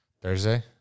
thursday